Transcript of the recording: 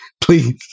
please